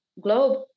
globe